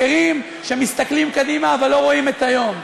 אחרים, שמסתכלים קדימה אבל לא רואים את היום.